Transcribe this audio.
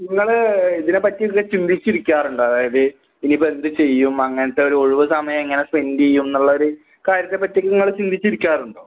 ഇങ്ങൾ ഇതിനേപ്പറ്റിയക്കെ ചിന്തിച്ചിരിക്കാറുണ്ടോ അതായത് ഇനിക്കിപ്പം എന്ത് ചെയ്യും അങ്ങനത്തൊരൊഴിവ് സമയം എങ്ങനെ സ്പെന്റ് ചെയ്യുംന്നുള്ളൊരു കാര്യത്തെപ്പറ്റി ഇങ്ങൾ ചിന്തിച്ചിരിക്കാറുണ്ടൊ